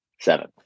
Seven